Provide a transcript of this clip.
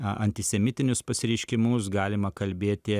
antisemitinius pasireiškimus galima kalbėti